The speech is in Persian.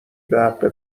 بحق